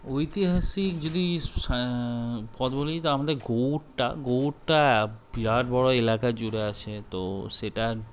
ঐতিহাসিক যদি পথ বলি তো আমাদের গৌড়টা গৌড়টা বিরাট বড় এলাকা জুড়ে আছে তো সেটা